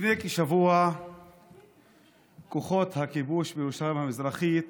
לפני כשבוע כוחות הכיבוש בירושלים המזרחית